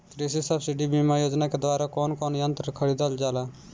कृषि सब्सिडी बीमा योजना के द्वारा कौन कौन यंत्र खरीदल जाला?